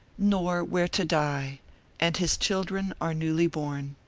nor where to die and his children are newly born.